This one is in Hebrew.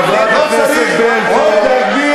חברת הכנסת ברקו,